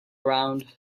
around